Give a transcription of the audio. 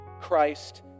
Christ